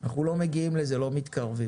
אנחנו לא מגיעים לזה, לא מתקרבים.